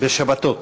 בשבתות.